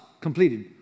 completed